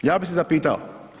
Ja bih se zapitao.